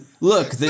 look